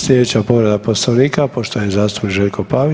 Slijedeća povreda Poslovnika, poštovani zastupnik Željko Pavić.